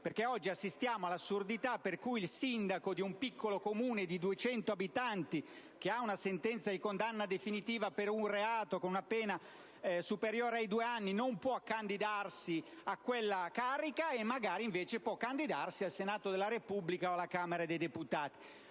Oggi assistiamo, infatti, all'assurdità per cui il sindaco di un piccolo Comune di 200 abitanti, che ha una sentenza di condanna definiva per un reato con una pena superiore ai due anni, non può candidarsi a quella carica, ma al contrario può candidarsi al Senato della Repubblica o alla Camera dei deputati.